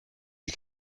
you